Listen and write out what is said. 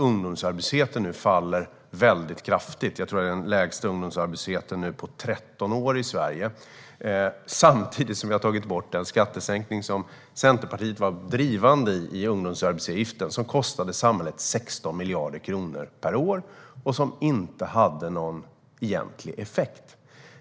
Ungdomsarbetslösheten faller nu kraftigt - jag tror att vi nu har den lägsta ungdomsarbetslösheten i Sverige på 13 år. Detta har skett samtidigt som vi har tagit bort den skattesänkning när det gällde ungdomsarbetsgivaravgifter som Centerpartiet drivit på för och som kostade samhället 16 miljarder kronor per år. Den hade ingen egentlig effekt.